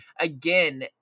again